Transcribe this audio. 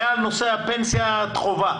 בנושא פנסיית חובה